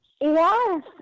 yes